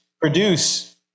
produce